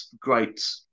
great